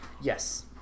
Yes